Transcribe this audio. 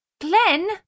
Glenn